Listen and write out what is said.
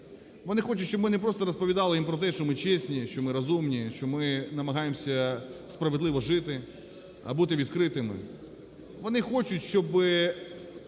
Вони хочуть, щоб ми не просто розповідали їм про те, що ми чесні, що ми розумні, що ми намагаємося справедливо жити, а бути відкритими. Вони хочуть, щоб